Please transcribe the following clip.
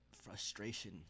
frustration